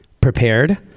prepared